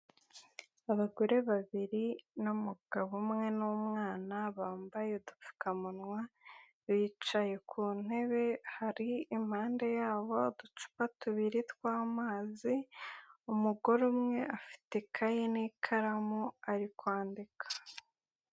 Abagore babiri n'umugabo umwe n'umwana bambaye udupfukamunwa, bicaye ku ntebe hari impande yabo uducupa tubiri twamazi, umugore umwe afite ikaye n'ikaramu ari kwandika.